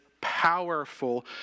powerful